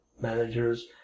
managers